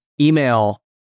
email